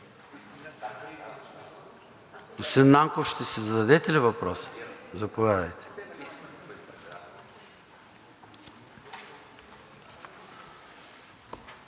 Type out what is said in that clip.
Нанков, ще си зададете ли въпроса? Заповядайте.